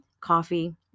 coffee